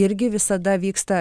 irgi visada vyksta